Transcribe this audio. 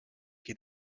qui